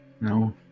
No